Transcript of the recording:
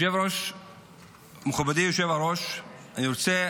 מכובדי היושב-ראש, אני רוצה